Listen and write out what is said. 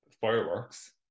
fireworks